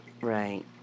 Right